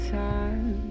time